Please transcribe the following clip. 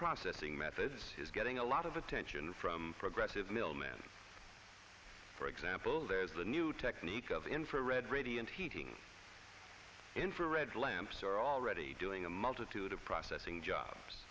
processing methods his getting a lot of attention from progressive middle men for example there's a new technique of in for red radiant heating infrared lamps are already doing a multitude of processing jobs